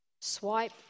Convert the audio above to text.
swipe